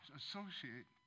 associate